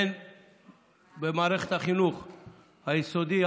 הן במערכת החינוך היסודי,